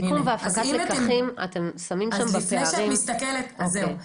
בסיכום והפקחת לקחים אתם שמים שם בפערים -- אז זהו,